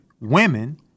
women